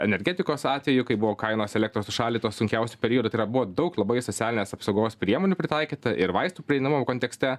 energetikos atveju kai buvo kainos elektros užšaldytos sunkiausiu periodu tai yra buvo daug labai socialinės apsaugos priemonių pritaikyta ir vaistų prieinamumo kontekste